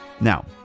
Now